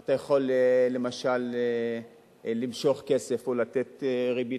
אתה יכול למשל למשוך כסף או לתת ריבית,